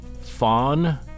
fawn